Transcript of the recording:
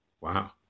Wow